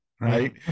right